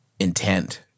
Intent